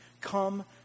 come